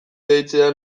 deitzea